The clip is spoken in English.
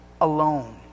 alone